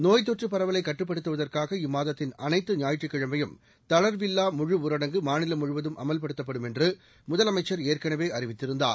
நோய்த் தொற்றுப் பரவலை கட்டுப்படுத்துவதற்காக இம்மாதத்தின் அனைத்து ஞாயிற்றுக்கிழமையும் தளர்வில்லா முழுஊரடங்கு மாநிலம் முழுவதும் அமல்படுத்தப்படும் என்று முதலமைச்சர் ஏற்கனவே அறிவித்திருந்தார்